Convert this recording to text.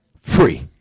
Free